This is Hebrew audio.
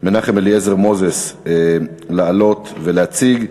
מנחם אליעזר מוזס לעלות ולהציג.